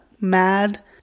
mad